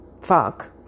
fuck